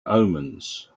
omens